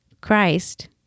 Christ